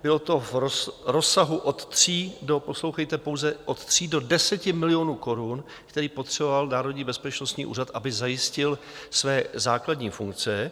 Bylo to v rozsahu od 3 do poslouchejte pouze od 3 do 10 milionů korun, které potřeboval Národní bezpečnostní úřad, aby zajistil své základní funkce.